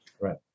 Right